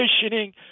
conditioning